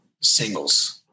singles